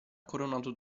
coronato